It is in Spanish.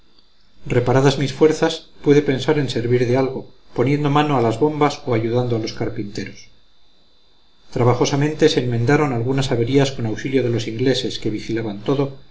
reparadas mis fuerzas pude pensar en servir de algo poniendo mano a las bombas o ayudando a los carpinteros trabajosamente se enmendaron algunas averías con auxilio de los ingleses que vigilaban todo